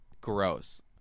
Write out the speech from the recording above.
gross